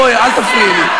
הבאת רוח חיים.